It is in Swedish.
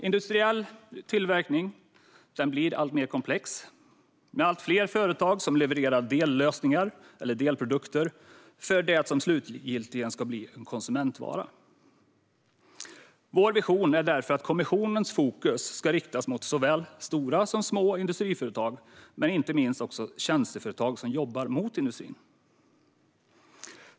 Industriell tillverkning blir alltmer komplex med allt fler företag som levererar dellösningar eller delprodukter till det som slutligen blir en konsumentvara. Vår vision är därför att kommissionens fokus ska riktas mot såväl stora som små industriföretag och inte minst tjänsteföretag som jobbar mot industrin.